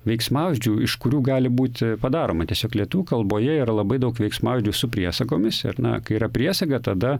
veiksmažodžių iš kurių gali būti padaroma tiesiog lietuvių kalboje yra labai daug veiksmažodžių su priesagomis ir na kai yra priesaga tada